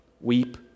weep